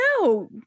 No